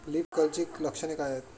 Leaf कर्लची लक्षणे काय आहेत?